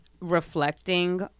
reflecting